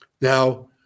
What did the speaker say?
Now